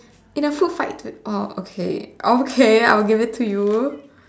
in a food fight to oh okay okay I will give it to you